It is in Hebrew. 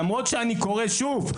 למרות שאני קורא שוב,